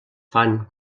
fan